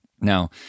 Now